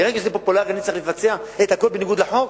מרגע שזה פופולרי אני צריך לבצע את הכול בניגוד לחוק?